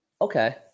Okay